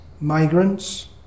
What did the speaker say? migrants